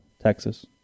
Texas